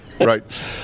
Right